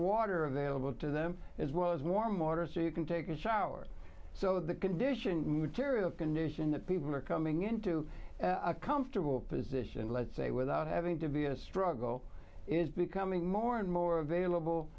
water available to them as well as warm water so you can take a shower so that condition material condition that people are coming into a comfortable position let's say without having to be in a struggle it's becoming more and more available